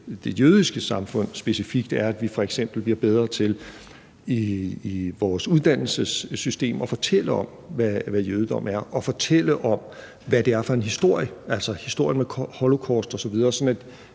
det jødiske samfund specifikt, er, at vi f.eks. bliver bedre til i vores uddannelsessystem at fortælle om, hvad jødedom er, og fortælle om, hvad det er for en historie – altså historien om holocaust osv. – sådan at